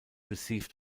received